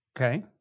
Okay